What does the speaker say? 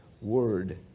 word